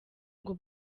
ngo